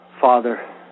Father